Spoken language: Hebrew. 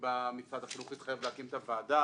שבה משרד החינוך התחייב להקים את הוועדה.